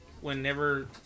whenever